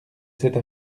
cette